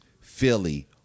Philly